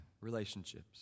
Relationships